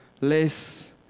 less